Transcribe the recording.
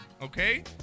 okay